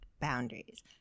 boundaries